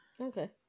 Okay